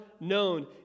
known